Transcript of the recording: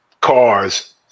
cars